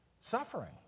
suffering